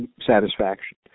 satisfaction